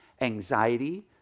anxiety